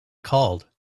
called